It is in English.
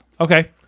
Okay